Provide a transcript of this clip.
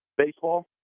Baseball